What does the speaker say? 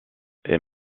est